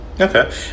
Okay